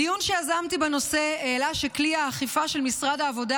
דיון שיזמתי בנושא העלה שכלי האכיפה של משרד העבודה